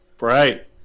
Right